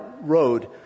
road